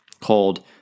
called